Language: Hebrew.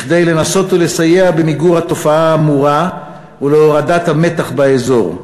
כדי לנסות לסייע במיגור התופעה האמורה ולהורדת המתח באזור.